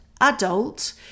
adult